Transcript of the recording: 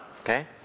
okay